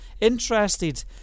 interested